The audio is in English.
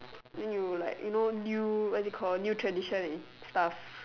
then you like you know new what it call new tradition and stuff